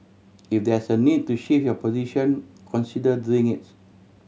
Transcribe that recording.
if there's need to shift your position consider doing it